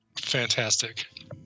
Fantastic